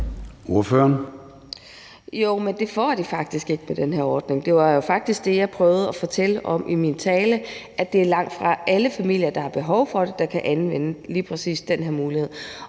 (SF): Jo, men det får de faktisk ikke på den her ordning. Det var jo faktisk det, jeg prøvede at fortælle om i min tale: Det er langtfra alle familier, der har behov for det, der kan anvende lige præcis den her mulighed.